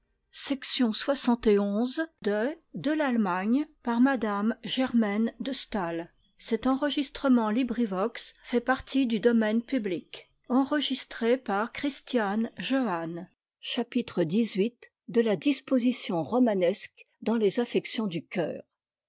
de m germain de la disposition romanesque dans les affections du cœmr